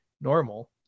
normal